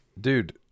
Dude